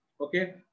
Okay